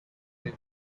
area